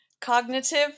Cognitive